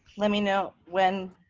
let me know when